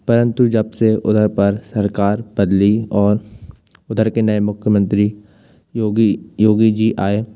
परंतु जब से उधर पर सरकार बदली और उधर के नए मुख्य मंत्री योगी योगी जी आए